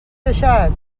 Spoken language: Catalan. deixat